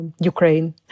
Ukraine